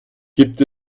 gibt